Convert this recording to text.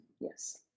Yes